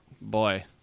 boy